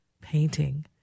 painting